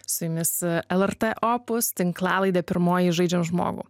su jumis lrt opus tinklalaidė pirmoji žaidžiam žmogų